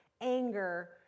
anger